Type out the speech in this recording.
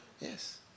Yes